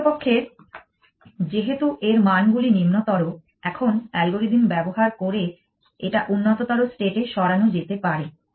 প্রকৃতপক্ষে যেহেতু এর মানগুলি নিম্নতর এখন অ্যালগরিদম ব্যবহার করে এটা উন্নততর স্টেটে সরানো যেতে পারে